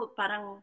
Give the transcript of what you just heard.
parang